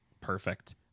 Perfect